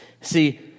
See